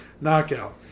Knockout